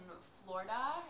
Florida